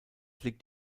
liegt